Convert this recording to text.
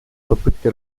попытки